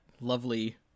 lovely